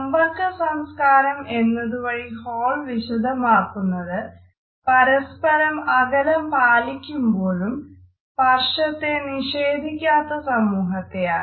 സമ്പർക്ക സംസ്കാരം എന്നതു വഴി ഹാൾ വിശദമാക്കുന്നത് പരസ്പരം അകലം പാലിക്കുമ്പോഴും സ്പർശത്തെ നിഷേധിക്കാത്ത സമൂഹത്തെയാണ്